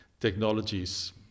technologies